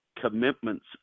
commitments